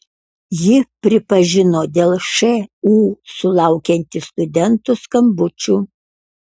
ji pripažino dėl šu sulaukianti studentų skambučių